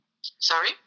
Sorry